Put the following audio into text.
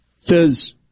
says